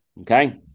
okay